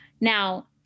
now